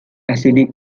acidic